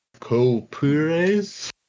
Copures